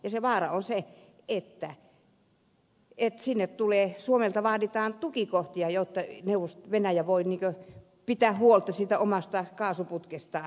ja se vaara on se että suomelta vaaditaan tukikohtia jotta venäjä voi pitää huolta siitä omasta kaasuputkestaan